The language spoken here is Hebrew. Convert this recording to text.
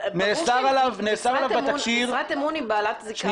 נאסר עליו בתקשי"ר --- אבל ברור שמשרת אמון היא בעלת זיקה פוליטית.